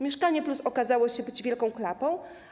Mieszkanie+˝ okazało się być wielką klapą.